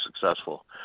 successful